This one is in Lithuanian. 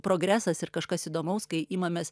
progresas ir kažkas įdomaus kai imamės